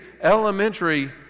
elementary